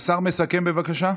שר מסכם, בבקשה.